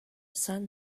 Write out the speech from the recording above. sun